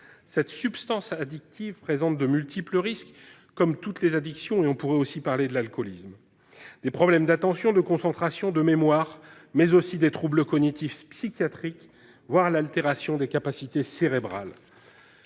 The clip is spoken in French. Cette substance addictive présente de multiples risques, comme toutes les addictions- on pourrait aussi parler de l'alcoolisme. Elle engendre des problèmes d'attention, de concentration, de mémoire, mais aussi des troubles cognitifs psychiatriques, voire l'altération de capacités cérébrales.